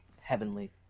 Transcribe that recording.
heavenly